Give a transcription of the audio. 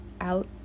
out